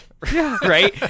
right